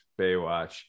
Baywatch